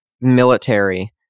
military